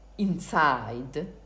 inside